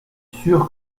sûr